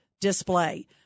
display